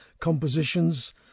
compositions